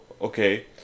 okay